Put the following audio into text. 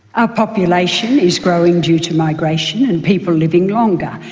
our population is growing due to migration and people living longer,